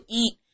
eat